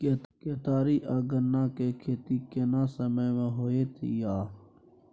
केतारी आ गन्ना के खेती केना समय में होयत या?